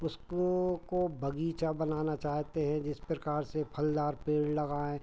उसको को बग़ीचा बनाना चाहते हैं जिस प्रकार से फलदार पेड़ लगाएँ